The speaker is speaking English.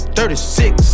Thirty-six